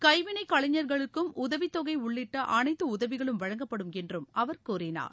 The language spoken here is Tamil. கைவினைக் கலைஞர்களுக்கும் உதவித் தொகை உள்ளிட்ட அனைத்து உதவிகளும் வழங்கப்படும் என்றும் அவர் கூறினார்